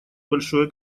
большое